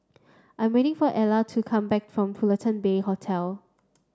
I'm waiting for Elia to come back from Fullerton Bay Hotel